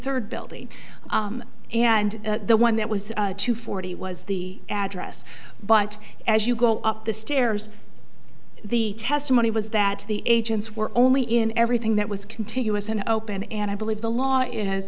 third building and the one that was two forty was the address but as you go up the stairs the testimony was that the agents were only in everything that was continuous and open and i believe the law i